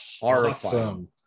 horrifying